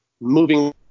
moving